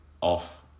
off